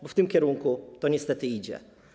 Bo w tym kierunku to niestety idzie.